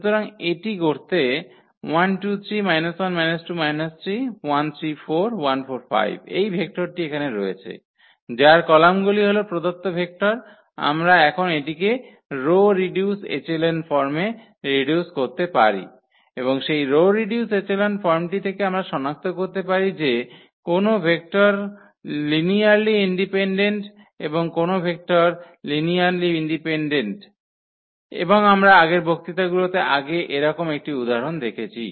সুতরাং এটি করতে এই ভেক্টরটি এখানে রয়েছে যার কলামগুলি হল প্রদত্ত ভেক্টর আমরা এখন এটিকে রো রিডিউস এচেলন ফর্মে রিডিউস করতে পারি এবং সেই রো রিডিউস এচেলন ফর্মটি থেকে আমরা সনাক্ত করতে পারি যে কোন ভেক্টরগুলি লিনিয়ারলি ইন্ডিপেন্ডেন্ট এবং কোন ভেক্টর লিনিয়ারলি ডিপেন্ডেন্ট এবং আমরা আগের বক্তৃতাগুলিতে আগে এরকম একটি উদাহরণ দেখেছি